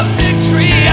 victory